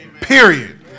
Period